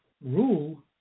Rule